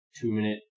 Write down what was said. two-minute